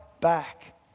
back